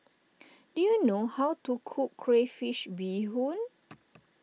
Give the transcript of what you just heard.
do you know how to cook Crayfish BeeHoon